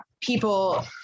people